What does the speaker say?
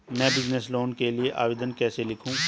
मैं business loan के लिए आवेदन कैसे लिखूँ?